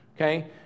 Okay